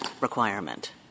requirement